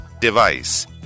Device